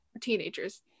teenagers